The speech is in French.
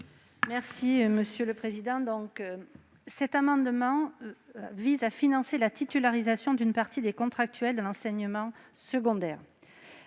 Marie-Pierre Monier. Cet amendement vise à financer la titularisation d'une partie des contractuels de l'enseignement secondaire.